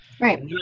right